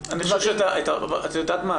את יודעת מה?